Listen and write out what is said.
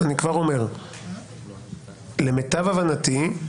למיטב הבנתי,